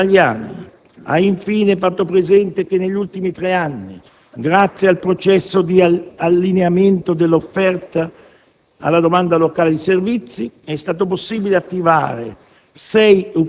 Poste italiane ha, infine, fatto presente che negli ultimi tre anni, grazie al processo di allineamento dell'offerta e alla domanda locale di servizi, è stato possibile attivare